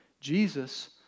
Jesus